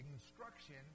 instruction